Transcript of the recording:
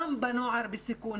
גם בנוער בסיכון.